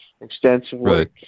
extensively